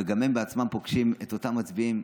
וגם הם בעצמם פוגשים את אותם מצביעים,